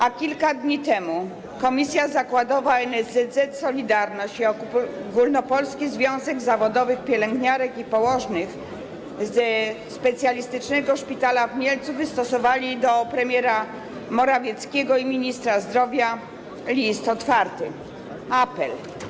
A kilka dni temu Komisja Zakładowa NSZZ „Solidarność” i Ogólnopolski Związek Zawodowy Pielęgniarek i Położnych ze Specjalistycznego Szpitala w Mielcu wystosowali do premiera Morawieckiego i ministra zdrowia list otwarty, apel.